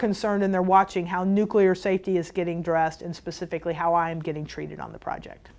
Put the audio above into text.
concerned and they're watching how nuclear safety is getting dressed and specifically how i'm getting treated on the project